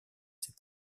ses